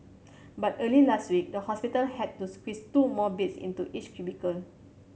but early last week the hospital had to squeeze two more beds into each cubicle